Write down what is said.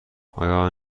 آیا